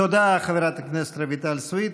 תודה, חברת הכנסת רויטל סויד.